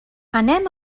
anem